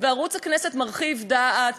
וערוץ הכנסת מרחיב דעת,